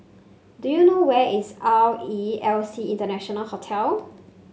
do you know where is R E L C International Hotel